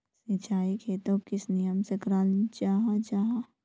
सिंचाई खेतोक किस नियम से कराल जाहा जाहा?